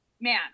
man